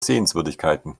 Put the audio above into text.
sehenswürdigkeiten